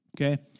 okay